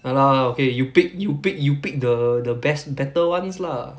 ya lah okay you pick you pick you pick the the best better ones lah